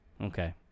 Okay